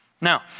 Now